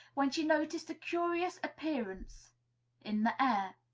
when she noticed a curious appearance in the air.